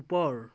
ওপৰ